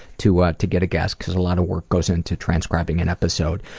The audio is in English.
to ah to get a guess, cause a lot of work goes into transcribing an episode.